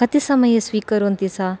कति समये स्वीकुर्वन्ति सा